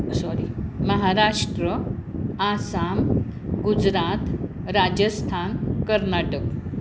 sorry Maharashtra Assam Gujarat Rajasthan Karnataka